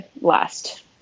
last